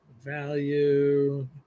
Value